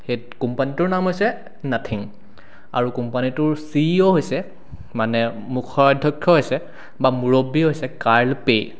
সেই কোম্পানীটোৰ নাম হৈছে নাথিং আৰু কোম্পানীটোৰ চি ই অ' হৈছে মানে মুখ্য অধ্যক্ষ হৈছে বা মূৰব্বী হৈছে কাৰ্ল পে'